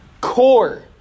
core